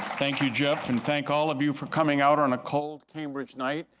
thank you, jeff, and thank all of you for coming out on a cold cambridge night,